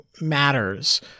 matters